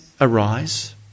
arise